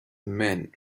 men